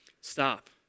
Stop